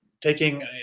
taking